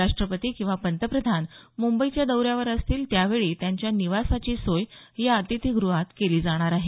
राष्ट्रपती किंवा पंतप्रधान मुंबईच्या दौऱ्यावर असतील त्यावेळी त्यांच्या निवासाची सोय या अतिथीगृहात केली जाणार आहे